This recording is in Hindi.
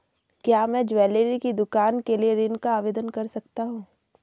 क्या मैं ज्वैलरी की दुकान के लिए ऋण का आवेदन कर सकता हूँ?